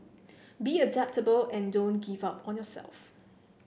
be adaptable and don't give up on yourself